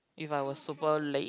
if I was super late